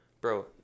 Bro